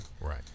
right